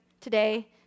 today